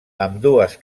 ambdues